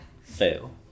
Fail